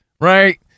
right